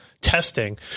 testing